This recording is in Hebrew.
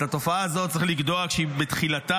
את התופעה הזאת צריך לגדוע כשהיא בתחילתה,